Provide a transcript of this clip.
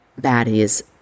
baddies